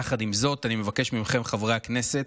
יחד עם זאת, אני מבקש מכם, חברי הכנסת,